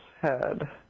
head